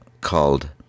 called